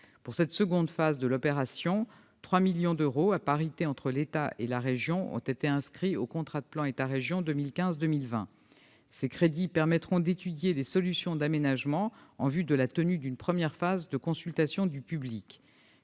Pour cette seconde phase de l'opération, 3 millions d'euros, à parité entre l'État et la région, ont été inscrits au contrat de plan État-région 2015-2020. Ces crédits permettront d'étudier les solutions d'aménagements en vue de la tenue d'une première phase de consultation du public.